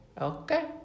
Okay